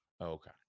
Okay